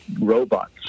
robots